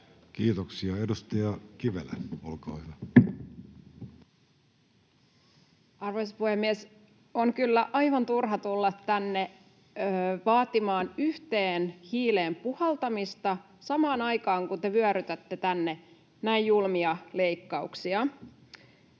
Kiitoksia. — Edustaja Kivelä, olkaa hyvä. Arvoisa puhemies! On kyllä aivan turha tulla tänne vaatimaan yhteen hiileen puhaltamista samaan aikaan, kun te vyörytätte tänne näin julmia leikkauksia.